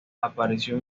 apareció